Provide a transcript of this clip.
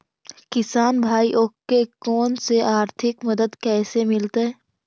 किसान भाइयोके कोन से आर्थिक मदत कैसे मीलतय?